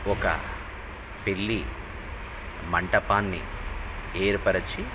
ఒక పెళ్ళి మంటపాన్ని ఏర్పరచి